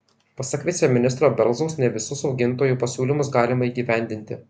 pasak viceministro belzaus ne visus augintojų pasiūlymus galima įgyvendinti